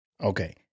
Okay